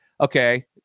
Okay